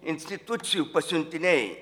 institucijų pasiuntiniai